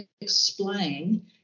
explain